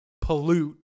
pollute